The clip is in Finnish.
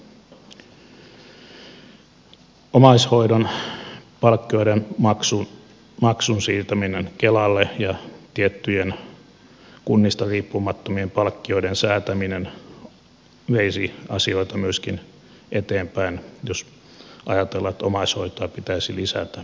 omaishoidon palkkioiden maksun siirtäminen kelalle ja tiettyjen kunnista riippumattomien palkkioiden säätäminen veisi asioita myöskin eteenpäin jos ajatellaan että omaishoitoa pitäisi lisätä vanhustenhoidossa